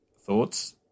Thoughts